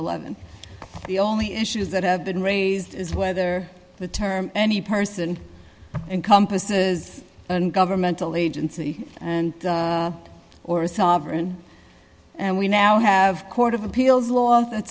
eleven the only issues that have been raised is whether the term any person encompasses governmental agency and or sovereign and we now have a court of appeals law that